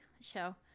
show